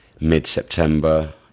mid-september